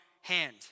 hand